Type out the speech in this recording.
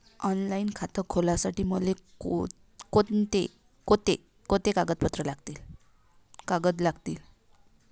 Online खातं खोलासाठी मले कोंते कागद लागतील?